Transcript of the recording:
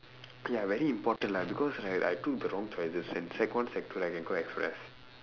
ya very important lah because like I took the wrong choices when sec one sec two I can go express